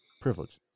privilege